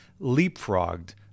leapfrogged